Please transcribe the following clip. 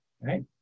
Right